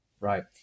right